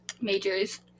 majors